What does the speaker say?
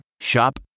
Shop